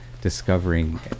discovering